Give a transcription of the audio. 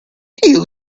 you